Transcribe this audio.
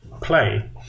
Play